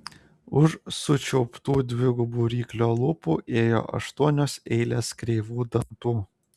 už sučiauptų dvigubų ryklio lūpų ėjo aštuonios eilės kreivų dantų